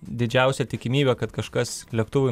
didžiausia tikimybė kad kažkas lėktuvui